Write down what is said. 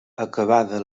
acabada